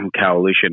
coalition